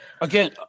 again